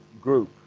group